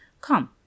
Come